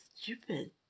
stupid